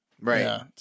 Right